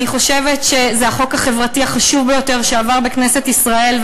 אני חושבת שזה החוק החברתי החשוב ביותר שעבר בכנסת ישראל.